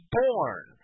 born